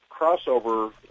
crossover